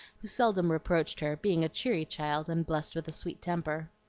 who seldom reproached her, being a cheery child, and blessed with a sweet temper.